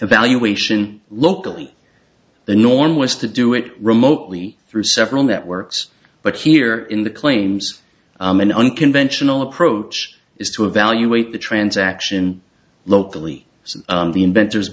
the value ation locally the norm was to do it remotely through several networks but here in the claims and unconventional approach is to evaluate the transaction locally so the inventors